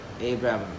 Abraham